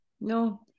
no